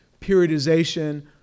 periodization